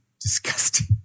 disgusting